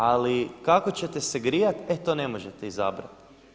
Ali kako ćete se grijati, e to ne možete izabrati.